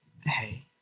Hey